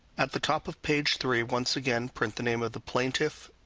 at the top of page three, once again print the name of the plaintiff,